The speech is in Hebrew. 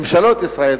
ממשלות ישראל,